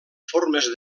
formes